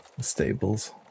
stables